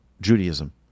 Judaism